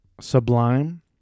Sublime